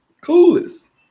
Coolest